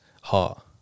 Heart